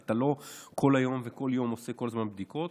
אתה לא כל היום וכל יום עושה כל הזמן בדיקות.